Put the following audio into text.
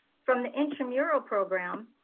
from the intramural program,